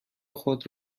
خود